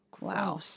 Wow